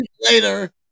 later